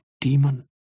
Demon